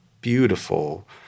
beautiful